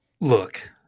Look